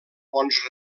bons